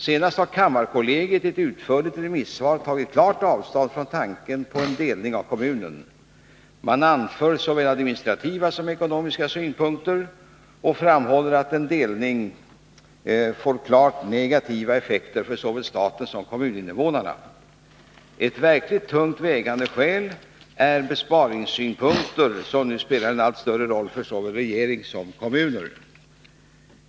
Senast har kammarkollegiet i ett utförligt remissvar tagit klart avstånd från tanken på en delning av kommunen. Man anför både administrativa och ekonomiska synpunkter och framhåller att en delning får klart negativa effekter för såväl staten som kommuninvånarna. Ett verkligt tungt vägande skäl är besparingssynpunkten, som nu spelar så stor roll för såväl regering som kommuner.